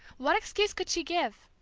what excuse could she give?